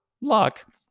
luck